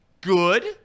good